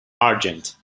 argent